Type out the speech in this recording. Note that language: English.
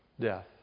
Death